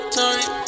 time